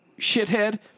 shithead